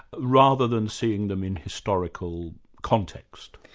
rather than seeing them in historical context.